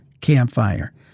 campfire